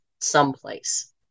someplace